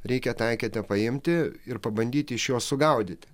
reikia tą eketę paimti ir pabandyti iš jo sugaudyti